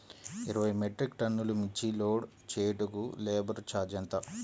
ఇరవై మెట్రిక్ టన్నులు మిర్చి లోడ్ చేయుటకు లేబర్ ఛార్జ్ ఎంత?